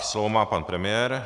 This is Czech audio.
Slovo má pan premiér.